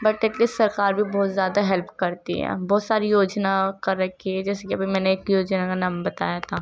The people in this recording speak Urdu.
بٹ ایٹ لیسٹ سرکار بھی بہت زیادہ ہیلپ کرتی ہیں بہت ساری یوجنا کر رکھی ہے جیسے کہ ابھی میں نے ایک یوجنا کا نام بتایا تھا